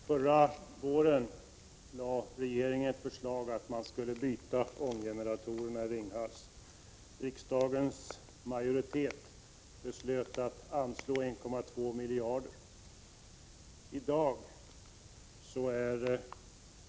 Herr talman! Förra våren lade regeringen fram ett förslag att man skulle byta ånggeneratorerna i Ringhals. Riksdagens majoritet beslöt att anslå 1,2 miljarder kronor.